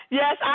yes